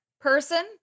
person